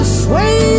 sway